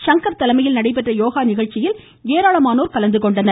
சங்கர் தலைமையில் நடைபெற்ற யோகா நிகழ்ச்சியில் ஏராளமானோர் கலந்துகொண்டனர்